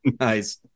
Nice